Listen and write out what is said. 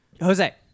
Jose